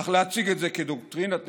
אך להציג את זה כדוקטרינת נתניהו,